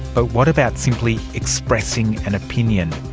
but what about simply expressing an opinion?